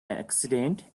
accident